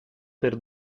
per